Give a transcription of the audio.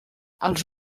els